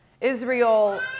israel